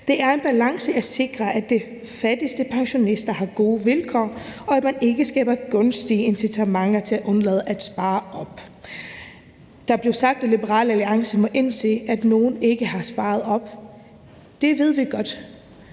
Det er en balance at sikre, at de fattigste pensionister har gode vilkår, og at man ikke skaber gunstige incitamenter til at undlade at spare op. Der blev sagt, at Liberal Alliance må indse, at nogen ikke har sparet op. Det ved vi godt.